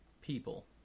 people